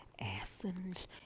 Athens